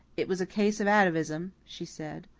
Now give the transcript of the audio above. it was a case of atavism, she said.